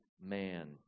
man